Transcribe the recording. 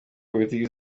politiki